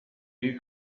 you